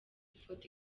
ifoto